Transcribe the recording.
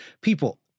People